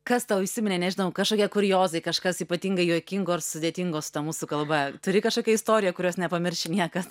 kas tau įsiminė nežinau kažkokie kuriozai kažkas ypatingai juokingo ar sudėtingo su ta mūsų kalba turi kažkokią istoriją kurios nepamirši niekad